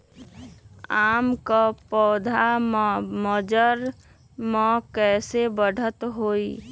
आम क पौधा म मजर म कैसे बढ़त होई?